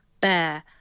bear